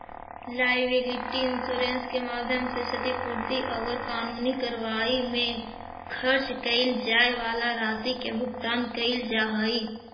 liability insurance के माध्यम से क्षतिपूर्ति औउर कानूनी कार्रवाई में खर्च कैइल जाए वाला राशि के भुगतान कैइल जा हई